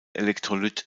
elektrolyt